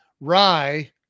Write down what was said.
rye